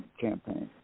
campaign